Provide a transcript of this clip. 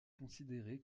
considéré